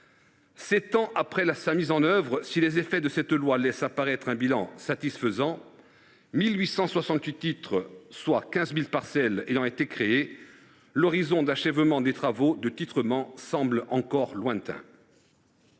Sept ans après sa mise en œuvre, si les effets de cette loi laissent apparaître un bilan satisfaisant – 1 868 titres ont été créés, pour 15 000 parcelles – l’horizon d’achèvement des travaux de titrement semble encore lointain.